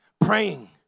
praying